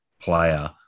player